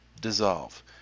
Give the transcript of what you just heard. dissolve